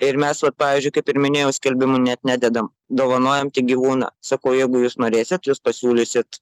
ir mes vat pavyzdžiui kaip ir minėjau skelbimų net nededam dovanojam tik gyvūną sakau jeigu jūs norėsit jūs pasiūlysit